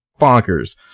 bonkers